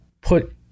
put